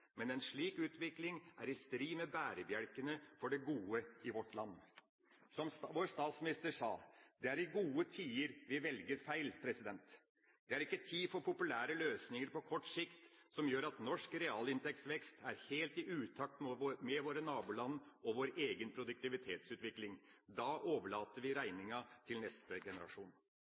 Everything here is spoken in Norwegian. men en slik utvikling er i strid med bærebjelkene for det gode i vårt land. Som vår statsminister sa: Det er i gode tider vi velger feil. Det er ikke tid for populære løsninger på kort sikt som gjør at norsk realinntektsvekst er helt i utakt med våre naboland og vår egen produktivitetsutvikling. Da overlater vi regninga til neste generasjon.